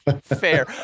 Fair